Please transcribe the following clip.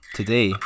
Today